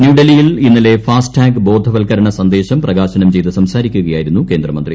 ന്യൂഡൽഹിയിൽ ഇന്നലെ ഫാസ്ടാഗ് ബോധവൽക്കരണ സന്ദേശം പ്രകാശനം ചെയ്ത് സംസാരിക്കുകയായിരുന്നു കേന്ദ്രമന്ത്രി